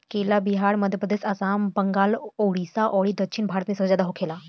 केला बिहार, मध्यप्रदेश, आसाम, बंगाल, उड़ीसा अउरी दक्षिण भारत में ज्यादा होखेला